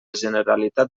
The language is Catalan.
generalitat